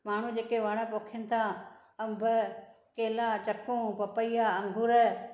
माण्हू जेके वण पोखीनि था अंब केला चकूं पपैया अंगूर